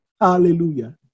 Hallelujah